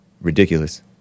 Ridiculous